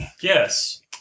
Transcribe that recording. Yes